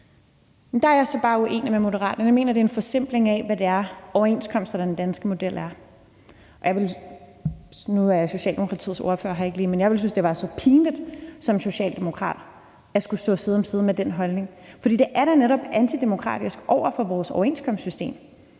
sige, at jeg så bare er uenig med Moderaterne. Jeg mener, at det er en forsimpling af, hvad det er, overenskomsterne og den danske model er. Nu er Socialdemokratiets ordfører her ikke lige, men jeg ville synes, det var så pinligt som socialdemokrat at skulle stå side om side med den holdning. For det er da netop antidemokratisk over for vores overenskomstsystem